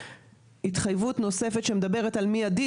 התחייבות נוספת שמדברת על מיידית,